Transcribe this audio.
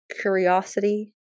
curiosity